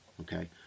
Okay